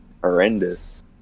horrendous